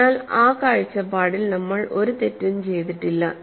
അതിനാൽ ആ കാഴ്ചപ്പാടിൽ നമ്മൾ ഒരു തെറ്റും ചെയ്തിട്ടില്ല